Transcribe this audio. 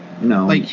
No